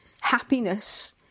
happiness